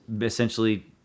essentially